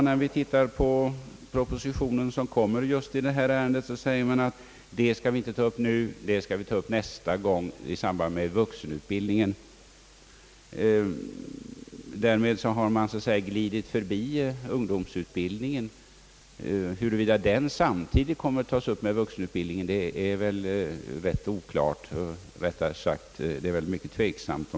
När vi granskar propositionen som nu kommit just i detta ärende finner vi att där står att dessa frågor skall tas upp nästa år, när vi skall behandla vuxenutbildningen. Men därmed torde man så att säga glidit förbi ungdomsutbildningen. Huruvida den kommer att tas upp samtidigt med vuxenutbildningen är ytterst tveksamt.